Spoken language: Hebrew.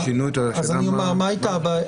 אז אני אומר מה הייתה הבעיה.